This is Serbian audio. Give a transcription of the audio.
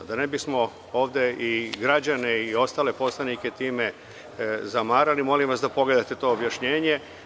Da ne bismo ovde i građane i ostale i ostale poslanike time zamarali, molim vas da pogledate to objašnjenje.